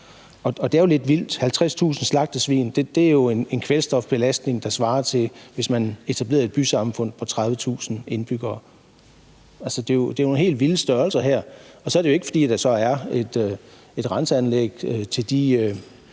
Det er jo lidt vildt. 50.000 slagtesvin udgør jo en kvælstofbelastning, der svarer til, at man etablerede et bysamfund på 30.000 indbyggere. Det her er nogle helt vilde størrelser, og så er det jo ikke, fordi der er et rensningsanlæg til den